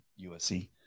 USC